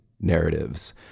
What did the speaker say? narratives